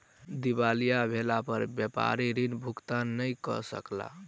दिवालिया भेला पर व्यापारी ऋण भुगतान नै कय सकला